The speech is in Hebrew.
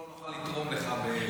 לא נוכל לתרום לך.